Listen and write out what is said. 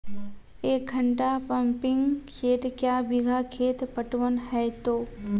एक घंटा pumping set क्या बीघा खेत पटवन है तो?